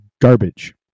garbage